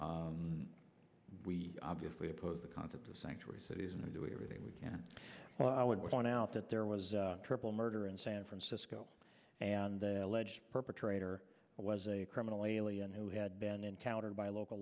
token we obviously oppose the concept of sanctuary cities and do everything we can well i would point out that there was a triple murder in san francisco and the alleged perpetrator was a criminal alien who had been encountered by local